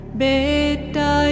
beta